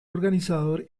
organizador